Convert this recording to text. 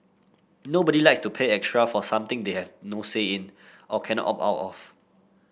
nobody likes to pay extra for something they have no say in or cannot opt out of